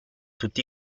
tutti